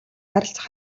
харилцах